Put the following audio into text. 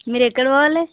మీరు ఎక్కడ పోవాలి